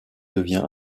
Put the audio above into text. devient